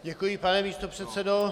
Děkuji, pane místopředsedo.